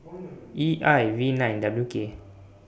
E I V nine W K